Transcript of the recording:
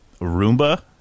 Roomba